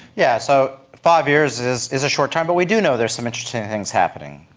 yeah so five years is is a short time, but we do know there are some interesting things happening.